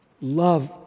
love